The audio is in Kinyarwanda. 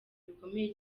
bikomeye